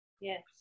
Yes